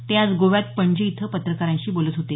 ते आज गोव्यात पणजी इथं पत्रकारांशी बोलत होते